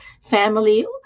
family